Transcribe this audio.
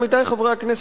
עמיתי חברי הכנסת,